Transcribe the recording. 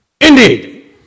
Indeed